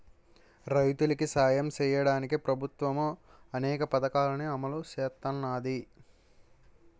రైతులికి సాయం సెయ్యడానికి ప్రభుత్వము అనేక పథకాలని అమలు సేత్తన్నాది